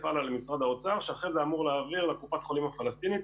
הלאה למשרד האוצר שאחרי זה אמור לקופת החולים הפלסטינית